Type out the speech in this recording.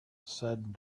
said